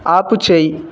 ఆపుచేయి